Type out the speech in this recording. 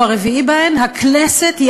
שעליו